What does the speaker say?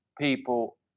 people